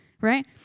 Right